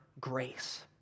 grace